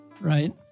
right